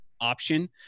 option